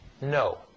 No